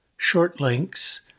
shortlinks